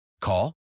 Call